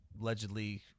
allegedly